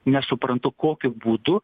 nesuprantu kokiu būdu